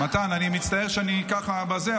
אני מצטער שאני ככה בזה,